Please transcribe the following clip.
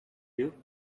you